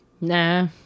Nah